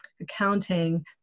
accounting